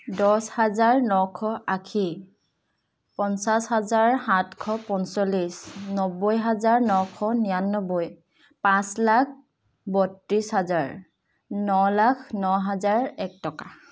দহ হাজাৰ নশ আশী পঞ্চাছ হাজাৰ সাতশ পঞ্চল্লিছ নব্বৈ হাজাৰ নশ নিৰান্নব্বৈ পাঁচ লাখ বত্ৰিছ হাজাৰ ন লাখ ন হাজাৰ এক টকা